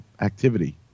activity